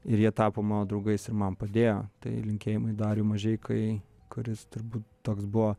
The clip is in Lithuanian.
ir jie tapo mano draugais ir man padėjo tai linkėjimai dariui mažeikai kuris turbūt toks buvo